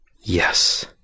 Yes